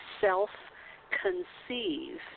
Self-Conceive